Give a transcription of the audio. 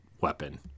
weapon